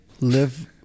live